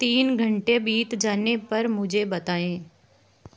तीन घंटे बीत जाने पर मुझे बताएँ